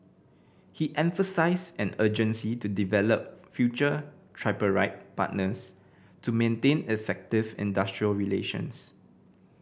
he emphasised an urgency to develop future tripartite partners to maintain effective industrial relations